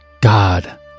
god